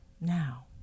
now